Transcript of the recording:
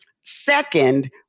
Second